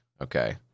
Okay